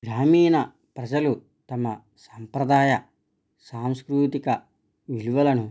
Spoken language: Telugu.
గ్రామీణ ప్రజలు తమ సాంప్రదాయ సాంస్కృతిక విలువలను